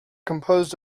composed